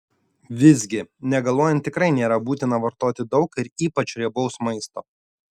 visgi negaluojant tikrai nėra būtina vartoti daug ir ypač riebaus maisto